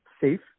safe